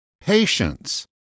patience